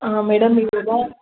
ಆಂ madam ಇವಾಗ